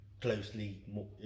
closely